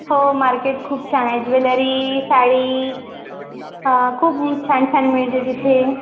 हो मार्केट खूप छान आहे ज्वेलरी साडी हा खूप छान छान मिळते तिथे